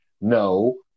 No